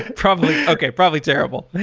probably okay. probably terrible.